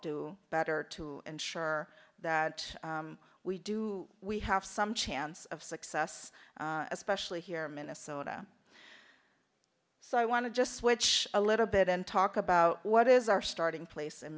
do better to ensure that we do we have some chance of success especially here in minnesota so i want to just switch a little bit and talk about what is our starting place in